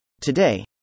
Today